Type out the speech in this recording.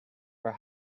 are